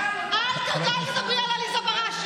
חבר הכנסת רון כץ, בבקשה.